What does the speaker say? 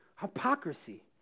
hypocrisy